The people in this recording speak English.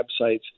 websites